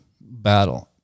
battle